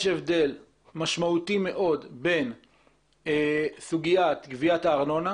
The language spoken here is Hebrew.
יש הבדל משמעותי מאוד בין סוגיית גביית הארנונה,